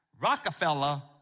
Rockefeller